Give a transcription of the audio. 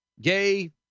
gay